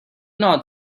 not